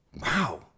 wow